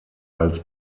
als